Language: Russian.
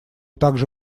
также